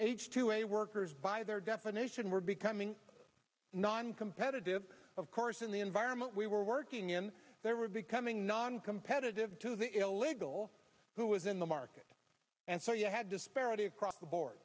a workers by their definition were becoming non competitive of course in the environment we were working in they were becoming noncompetitive to the illegal who was in the market and so you had disparity across the board